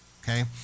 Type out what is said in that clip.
okay